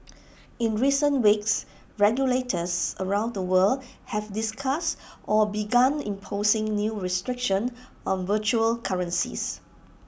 in recent weeks regulators around the world have discussed or begun imposing new restrictions on virtual currencies